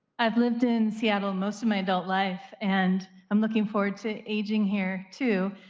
i lived in seattle most of my adult life. and i'm looking forward to aging here too.